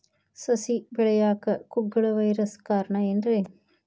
ಸಸಿ ಬೆಳೆಯಾಕ ಕುಗ್ಗಳ ವೈರಸ್ ಕಾರಣ ಏನ್ರಿ?